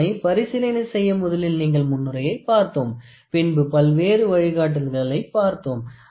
இதனை பரிசீலனை செய்ய முதலில் முன்னுரையை பார்த்தோம் பின்பு பல்வேறு வழிகாட்டுதல்களைப் பார்த்தோம்